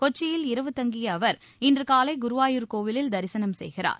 கொச்சியில் இரவு தங்கிய அவர் இன்று காலை குருவாயூர் கோவிலில் திசனம் செய்கிறார்